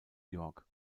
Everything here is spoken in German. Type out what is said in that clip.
york